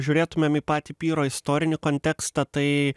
žiūrėtumėm į patį pyro istorinį kontekstą tai